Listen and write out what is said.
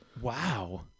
Wow